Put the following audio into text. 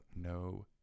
No